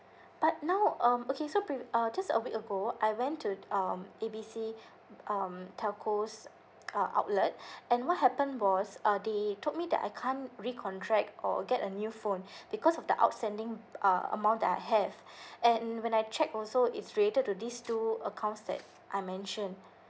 but now um okay so pre~ uh just a week ago I went to um A B C um telco's uh outlet and what happened was uh they told me that I can't recontract or get a new phone because of the outstanding uh amount that I have and when I checked also it's related to these two accounts that I mentioned